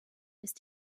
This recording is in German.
ist